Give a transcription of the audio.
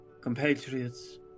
Compatriots